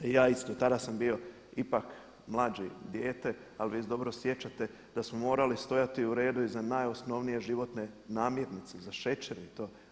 Ja isto tada sam bio ipak mlađi, dijete, ali se dobro sjećam da smo morali stajati u redu i za najosnovnije životne namirnice, za šećer i slično.